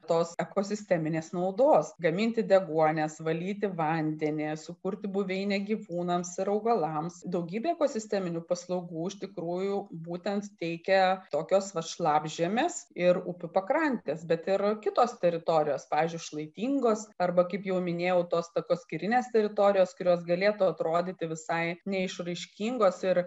tos ekosisteminės naudos gaminti deguonies valyti vandenį sukurti buveinę gyvūnams ir augalams daugybė ekosisteminių paslaugų iš tikrųjų būtent teikia tokios vat šlapžemės ir upių pakrantės bet ir kitos teritorijos pavyzdžiui šlaitingos arba kaip jau minėjau tos takoskyrinės teritorijos kurios galėtų atrodyti visai neišraiškingos ir